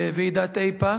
בוועידת איפא"ק,